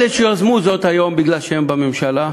אלה שיזמו זאת היום, מפני שהם בממשלה,